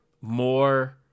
more